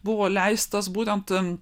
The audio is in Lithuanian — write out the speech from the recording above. buvo leistas būtent